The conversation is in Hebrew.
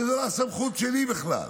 כשזו לא הסמכות שלי בכלל,